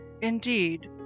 Indeed